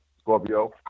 Scorpio